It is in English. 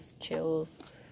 chills